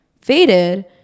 faded